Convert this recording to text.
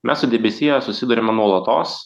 mes su debesija susiduriame nuolatos